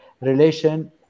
relation